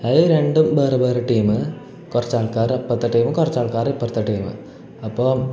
അതു രണ്ടും വേറെ വേറെ ടീം കുറച്ചാൾക്കാർ അപ്പോഴത്തെ ടീമും കുറച്ചാൾക്കാർ ഇപ്പുറത്തെ ടീം അപ്പം